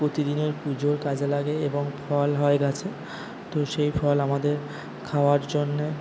প্রতিদিনের পুজোর কাজে লাগে এবং ফল হয় গাছে তো সেই ফল আমাদের খাওয়ার জন্যে